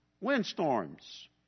windstorms